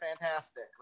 fantastic